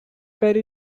faith